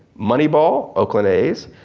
money ball, oakland a's,